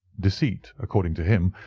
deceit, according to him,